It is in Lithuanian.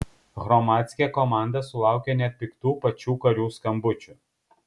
hromadske komanda sulaukė net piktų pačių karių skambučių